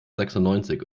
sechsundneunzig